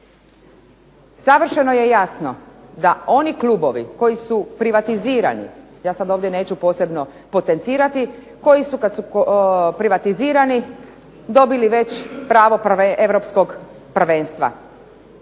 Savršeno je jasno da oni klubovi koji su privatizirani, ja sad ovdje neću posebno potencirati, koji su kad su privatizirani dobili već pravo europskog prvenstva.